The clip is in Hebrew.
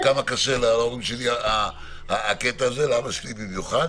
כמה קשה להורים שלי הקטע הזה, לאבא שלי במיוחד.